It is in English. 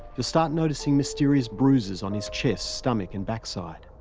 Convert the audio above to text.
you'll start noticing mysterious bruises on his chest, stomach and backside.